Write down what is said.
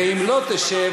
ואם לא תשב,